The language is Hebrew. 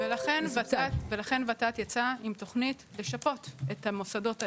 ולכן ות"ת יצאה עם תוכנית לשפות את המוסדות האלה,